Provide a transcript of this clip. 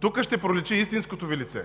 тук ще проличи истинското Ви лице